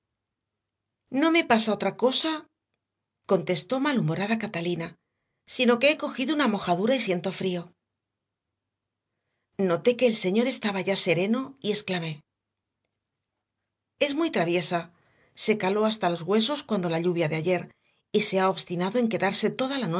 no me pasa otra casa contestó malhumorada catalina sino que he cogido una mojadura y siento frío noté que el señor estaba ya sereno y exclamé es muy traviesa se caló hasta los huesos cuando la lluvia de ayer y se ha obstinado en quedarse toda la noche